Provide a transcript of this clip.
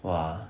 !wah!